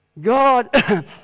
God